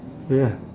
yeah